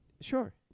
Sure